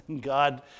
God